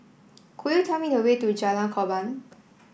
could you tell me the way to Jalan Korban